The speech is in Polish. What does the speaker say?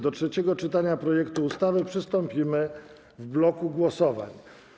Do trzeciego czytania projektu ustawy przystąpimy w bloku głosowań.